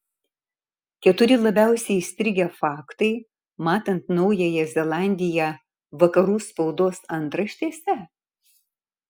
keturi labiausiai įstrigę faktai matant naująją zelandiją vakarų spaudos antraštėse